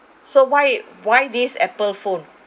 so why why this apple phone